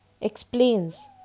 explains